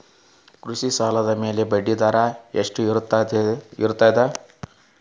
ಕೃಷಿ ಸಾಲದ ಮ್ಯಾಲೆ ಬಡ್ಡಿದರಾ ಎಷ್ಟ ಇರ್ತದ?